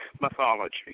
mythology